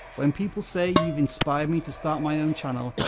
when people say, you've inspired me to start my own channel.